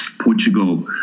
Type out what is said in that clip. Portugal